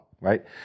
right